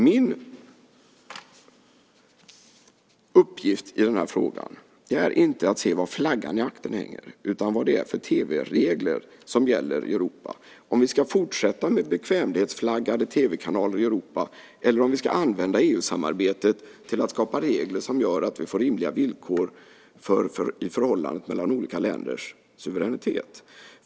Min uppgift i den här frågan är inte att se vilken flagga som hänger i aktern utan vad det är för tv-regler som gäller i Europa. Frågan är om vi ska fortsätta med bekvämlighetsflaggade kanaler i Europa eller om vi ska använda EU-samarbetet till att skapa regler som gör att vi får rimliga villkor i förhållandet mellan olika länders suveränitet.